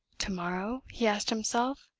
to-morrow? he asked himself.